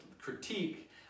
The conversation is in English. critique